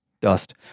dust